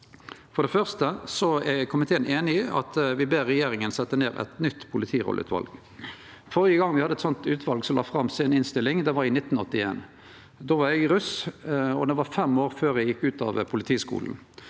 For det første er komiteen einig om å be regjeringa setje ned eit nytt politirolleutval. Førre gong me hadde eit slikt utval som la fram si innstilling, var i 1981. Då var eg russ, og det var fem år før eg gjekk ut av Politihøgskolen.